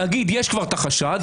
להגיד שיש כבר חשד,